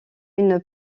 une